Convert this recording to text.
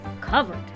covered